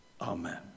Amen